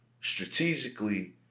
strategically